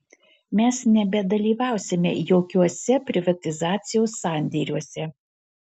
mes nebedalyvausime jokiuose privatizacijos sandėriuose